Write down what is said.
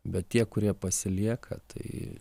bet tie kurie pasilieka tai